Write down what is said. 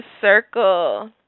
circle